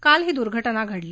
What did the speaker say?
काल ही दुर्घटना घडली